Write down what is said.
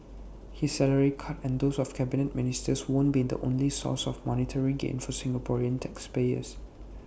his salary cut and those of Cabinet Ministers won't be the only sources of monetary gain for Singaporean taxpayers